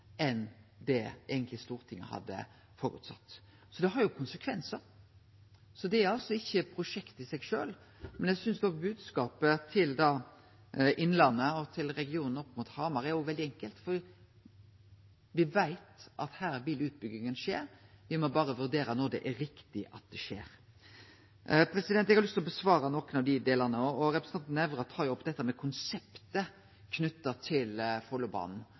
enn det Stortinget eigentleg hadde føresett. Så dette har konsekvensar. Det gjeld altså ikkje prosjektet i seg sjølv, men eg synest bodskapen til Innlandet og til regionen opp mot Hamar er veldig enkel: Me veit at her vil utbygginga skje – me må berre vurdere når det er riktig at det skjer. Eg har lyst til å svare på noko av dette. Representanten Nævra tar opp dette med konseptet knytt til